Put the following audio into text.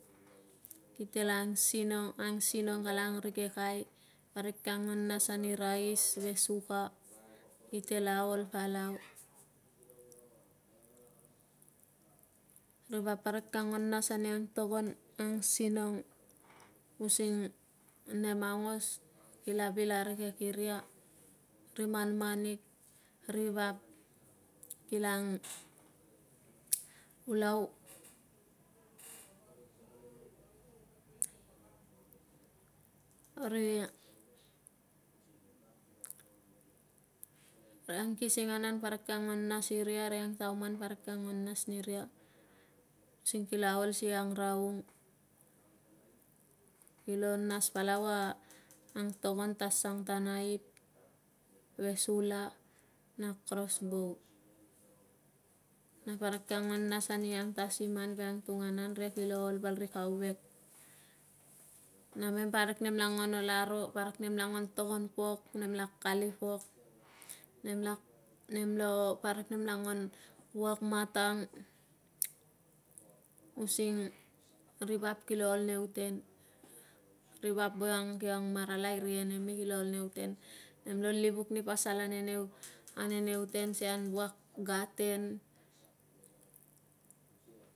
Kite langsingong angsinong kala angrikek ai parik kia nguan nas ani rais ve sukae kile la ol palau rivap parik kia nguan nas ni ang togon angsinong using nen aungas kila vil ari kek iria ri man manik rivap kila ang ulau ri ang kis nganan parik kia nuan nas iria ri ang taumal parik kia nguan nas niria using kila ol si angraung kilo nas palau a ng togon ta sang ta naip ve sula na krosbow na parik kia nguan nas ani angtasimal ve angtunganan ria kilo ol val ri kauvek namen parik nemp nguan ol aro parik nempa nguan togon pok nem la kali i pok nem la nem lo nem la nguan vuak malang using ri vap kilo ol nei tgen rivap voiang kilo ang maralai re enemi kilo ol nu ten nem lo livuk ni pasal ane nei ten sian vuak gaten.